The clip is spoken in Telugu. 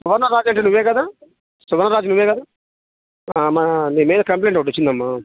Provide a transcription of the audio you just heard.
సువర్ణ రాజు అంటే నువ్వే కదా సువర్ణ రాజు నువ్వే కదా అమ్మా నీ మీద కంప్లైంట్ ఒకటి వచ్చింది అమ్మా